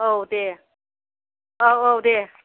औ दे औ औ दे